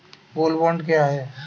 Gold bond क्या है?